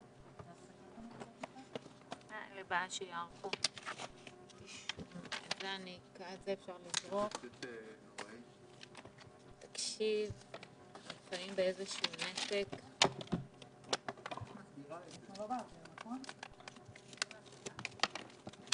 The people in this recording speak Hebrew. הישיבה ננעלה בשעה 12:14.